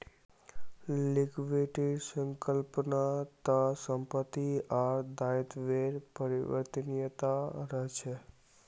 लिक्विडिटीर संकल्पना त संपत्ति आर दायित्वेर परिवर्तनीयता रहछे